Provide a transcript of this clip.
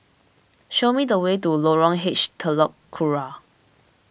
show me the way to Lorong H Telok Kurau